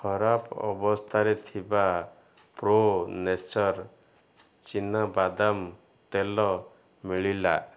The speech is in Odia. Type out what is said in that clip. ଖରାପ ଅବସ୍ଥାରେ ଥିବା ପ୍ରୋ ନେଚର୍ ଚିନାବାଦାମ ତେଲ ମିଳିଲା